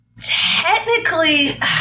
technically